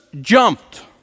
jumped